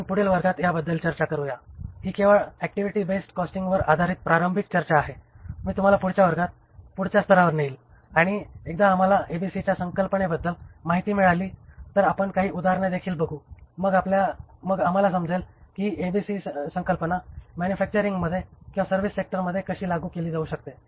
आपण पुढील वर्गात याबद्दल चर्चा करूया ही केवळ ऍक्टिव्हिटी बेस्ड कॉस्टिंगवर आधारित प्रारंभिक चर्चा आहे मी तुम्हाला पुढच्या वर्गात पुढच्या स्तरावर नेईन आणि एकदा आम्हाला एबीसीच्या संकल्पनेबद्दल माहिती मिळाली तर आपण काही उदाहरणे देखील बघू आणि मग आम्हाला समजेल की ही एबीसी संकल्पना मॅन्युफॅक्चरिंगमध्ये किंवा सर्विस सेक्टरमध्ये कशी लागू केली जाऊ शकते